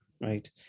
right